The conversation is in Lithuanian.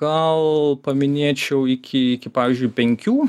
gal paminėčiau iki iki pavyzdžiui penkių